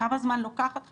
כמה זמן לוקחת חקירה?